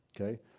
Okay